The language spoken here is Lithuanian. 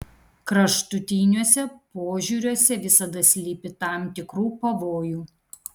kraštutiniuose požiūriuose visada slypi tam tikrų pavojų